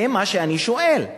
זה מה שאני שואל.